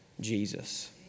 Jesus